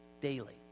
daily